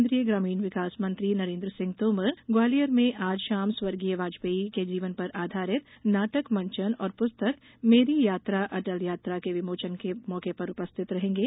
केन्द्रीय ग्रामीण विकास मंत्री नरेन्द्र सिंह तोमर ग्वालियर में आज शाम स्वर्गीय वाजपेयी के जीवन पर आधारित नाटक मंचन और पुस्तक मेरी यात्रा अटल यात्रा के विमोचन के मौके पर उपस्थित रहेंगे